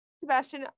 Sebastian